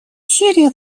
сирии